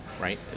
right